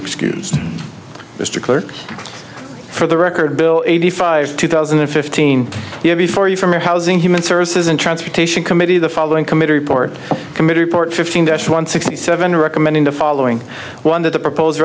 excuse mr clerk for the record bill eighty five two thousand and fifteen you have before you from your housing human services and transportation committee the following committee report committee report fifteen dash one sixty seven recommending the following one that the propose